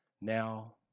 now